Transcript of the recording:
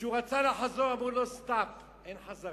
וכשהוא רצה לחזור, אמרו לו: stop, אין חזרה.